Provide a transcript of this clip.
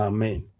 Amen